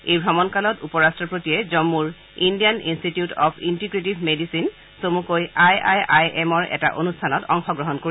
এই ভ্ৰমণকালত উপ ৰাট্টপতিয়ে জম্মুৰ Indian Institute of Integrative Medicine চমুকৈ আই আই আই এমৰ এটা অনুষ্ঠানত অংশগ্ৰহণ কৰিব